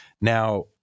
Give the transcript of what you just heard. Now